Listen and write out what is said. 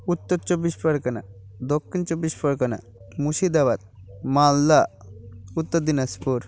উত্তর চব্বিশ পরগনা দক্ষিণ চব্বিশ পরগনা মুর্শিদাবাদ মালদা উত্তর দিনাজপুর